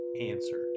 answered